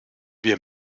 wir